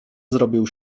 zrobię